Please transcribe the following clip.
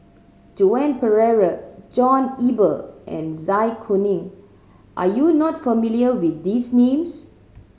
Joan Pereira John Eber and Zai Kuning are you not familiar with these names